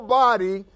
body